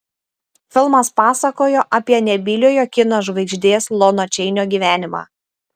filmas pasakojo apie nebyliojo kino žvaigždės lono čeinio gyvenimą